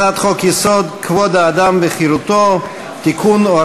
הצעת חוק-יסוד: כבוד האדם וחירותו (תיקון,